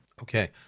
Okay